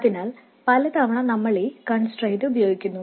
അതിനാൽ പലതവണ നമ്മൾ ഈ കൺസ്ട്രെയിന്റ് ഉപയോഗിക്കുന്നു